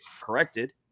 corrected